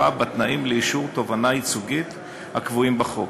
בתנאים לאישור תובענה ייצוגית הקבועים בחוק.